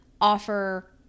offer